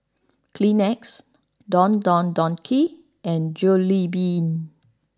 Kleenex Don Don Donki and Jollibean